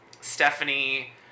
Stephanie